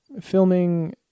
filming